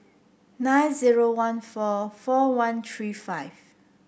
nine zero one four four one three five